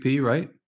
right